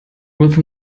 with